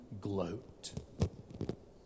gloat